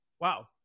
Wow